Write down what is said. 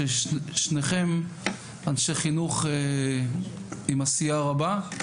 ששניכם אנשי חינוך עם עשייה רבה.